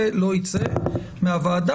זה לא ייצא מהוועדה.